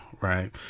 right